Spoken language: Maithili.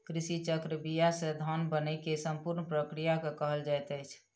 कृषि चक्र बीया से धान बनै के संपूर्ण प्रक्रिया के कहल जाइत अछि